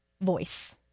voice